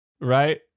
right